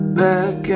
back